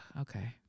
okay